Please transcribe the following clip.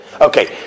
Okay